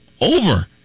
over